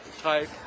type